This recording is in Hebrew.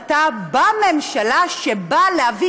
באפריל מתקבלת החלטה בממשלה שבאה להביא